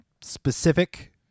specific